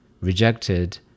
rejected